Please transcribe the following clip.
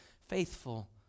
faithful